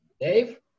Dave